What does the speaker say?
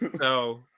No